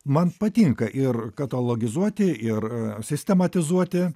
man patinka ir katalogizuoti ir sistematizuoti